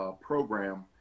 program